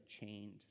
chained